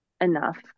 enough